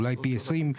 אולי פי עשרים,